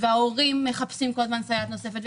וההורים מחפשים סייעת נוספת.